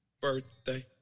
Birthday